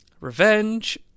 Revenge